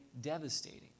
devastating